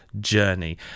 Journey